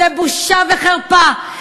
בושה וחרפה.